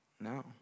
No